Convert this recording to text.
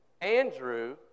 Andrew